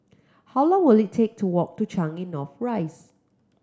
how long will it take to walk to Changi North Rise